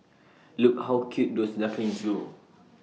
look how cute those ducklings go